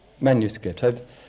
manuscript